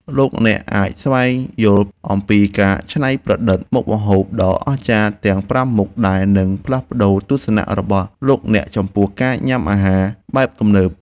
លោកអ្នកអាចស្វែងយល់អំពីការច្នៃប្រឌិតមុខម្ហូបដ៏អស្ចារ្យទាំងប្រាំមុខដែលនឹងផ្លាស់ប្តូរទស្សនៈរបស់លោកអ្នកចំពោះការញ៉ាំអាហារបែបទំនើប។